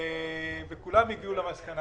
כולם הגיעו למסקנה,